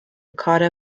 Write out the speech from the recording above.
کار